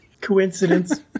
Coincidence